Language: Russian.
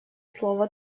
слово